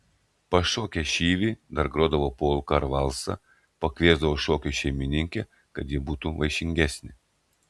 pašokę šyvį dar grodavo polką ar valsą pakviesdavo šokiui šeimininkę kad ji būtų vaišingesnė